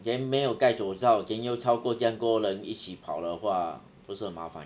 then 没有戴口罩 then 又超过这样多人一起跑的话不是很麻烦